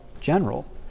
general